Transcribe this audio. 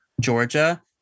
Georgia